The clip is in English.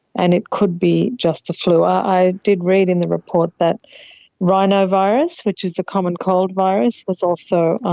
and it could be just the flu. i did read in the report that rhinovirus, which is the common cold virus, was also